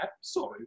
sorry